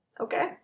Okay